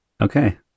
Okay